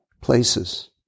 places